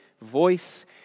voice